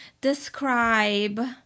describe